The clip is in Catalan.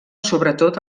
sobretot